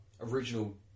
original